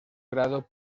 grado